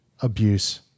abuse